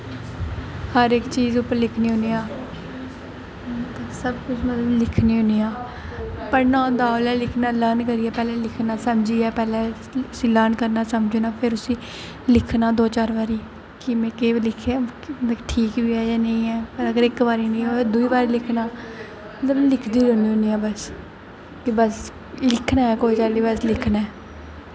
हर इक चीज उप्पर लिखनी होनी आं सब कुछ मतलब लिखनी होनी आं पढ़ना होंदा ओल्लै लिखना पैह्लें लर्न करियै लिखना समझियै पैह्लें उसी लर्न करना समझना फिर उसी लिखना दो चार बारी कि में केह् लिखेआ ठीक बी ऐ जां नेईं ऐ अगर इक बारी नेईं होऐ ते दूई बारी लिखना मतलब लिखदे रौह्नी होनी आं बस होर ते बस लिखना ऐ कुसै चाल्ली बी बस लिखना ऐ